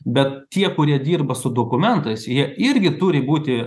bet tie kurie dirba su dokumentais jie irgi turi būti